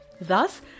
Thus